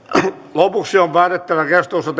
lopuksi on päätettävä keskustelussa